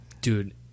dude